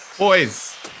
Boys